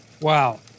Wow